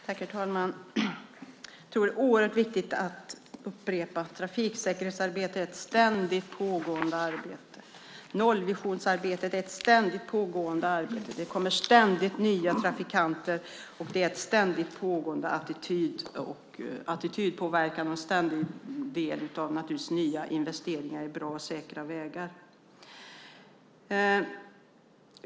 Herr talman! Jag tror att det är oerhört viktigt att upprepa att trafiksäkerhetsarbetet är ett ständigt pågående arbete. Nollvisionsarbetet är ett ständigt pågående arbete. Det kommer ständigt nya trafikanter, och det är ett ständigt pågående arbete med attitydpåverkan och naturligtvis nya investeringar i bra och säkra vägar.